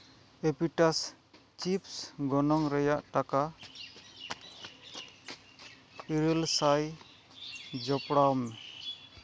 ᱮᱯᱤᱴᱟᱥ chips ᱜᱚᱱᱚᱝ ᱨᱮᱭᱟᱜ ᱴᱟᱠᱟ ᱤᱨᱟᱹᱞ ᱥᱟᱭ ᱡᱚᱯᱲᱟᱣ ᱢᱮ